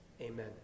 Amen